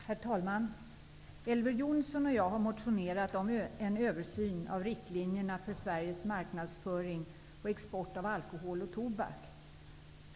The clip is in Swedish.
Herr talman! Elver Jonsson och jag har motionerat om en översyn av riktlinjerna för Sveriges marknadsföring av alkohol och tobak.